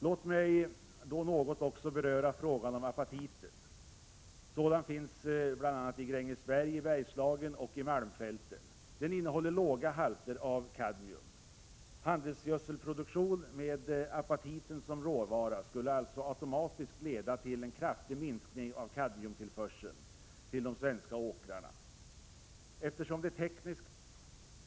Låt mig då något också beröra frågan om apatiten. Sådan finns bl.a. i Grängesberg i Bergslagen och i malmfälten. Den innehåller låga halter av kadmium. Handelsgödselproduktion med apatit som råvara skulle alltså automatiskt leda till en kraftig minskning av kadmiumtillförseln till de svenska åkrarna.